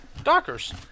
Dockers